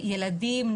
ילדים,